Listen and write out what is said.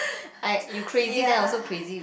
I you crazy then I also crazy